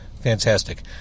Fantastic